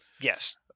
Yes